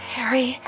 Harry